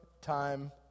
time